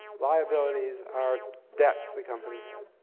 liabilities are debts the company has.